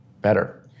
better